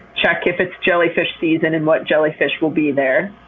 check if it's jellyfish season and what jellyfish will be there.